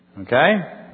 Okay